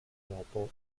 dopo